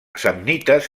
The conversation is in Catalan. samnites